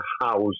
house